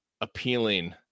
appealing